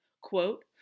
Quote